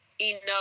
enough